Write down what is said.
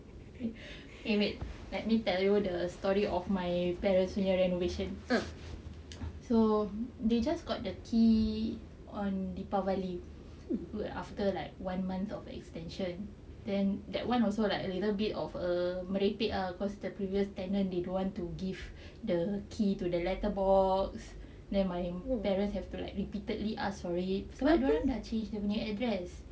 K wait let me tell you the story of my parents punya renovation so they just got the key on deepavali like after like one month of extension then that [one] also like a little bit of a merepek ah cause the previous tenant they don't want to give the key to the letter box then my parents have to like repeatedly ask for it sebab dorang dah change dorang punya address